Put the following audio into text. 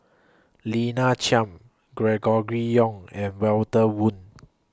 Lina Chiam Gregory Yong and Walter Woon